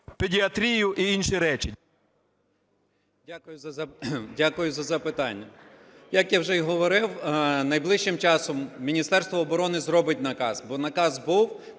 педіатрію і інші речі?